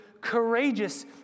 courageous